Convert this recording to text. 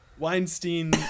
Weinstein